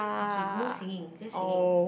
okay no singing just singing